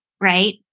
right